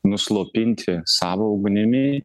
nuslopinti savo ugnimi